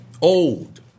old